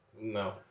No